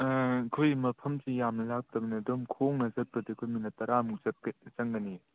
ꯑꯩꯈꯣꯏ ꯃꯐꯝꯁꯤ ꯌꯥꯝꯅ ꯂꯥꯞꯇꯕꯅꯦ ꯑꯗꯨꯝ ꯈꯣꯡꯅ ꯆꯠꯄꯗ ꯑꯩꯈꯣꯏ ꯃꯤꯅꯠ ꯇꯔꯥꯃꯨꯛ ꯆꯪꯒꯅꯤꯌꯦ